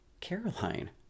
Caroline